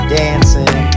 dancing